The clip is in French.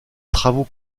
travaux